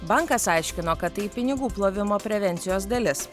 bankas aiškino kad tai pinigų plovimo prevencijos dalis